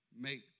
make